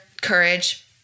courage